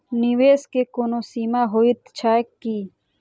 निवेश केँ कोनो सीमा होइत छैक की?